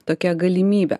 tokia galimybė